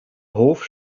hof